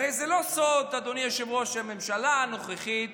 הרי זה לא סוד, אדוני היושב-ראש, שהממשלה הנוכחית